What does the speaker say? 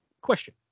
question